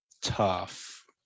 tough